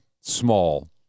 small